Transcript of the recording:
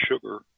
sugar